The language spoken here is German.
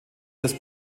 des